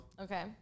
Okay